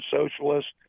socialists